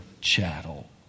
chattel